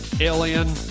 Alien